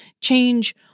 change